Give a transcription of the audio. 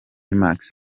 max